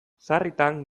sarritan